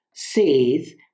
says